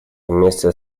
вместе